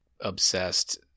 obsessed